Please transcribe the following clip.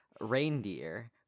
reindeer